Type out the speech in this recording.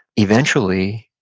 eventually,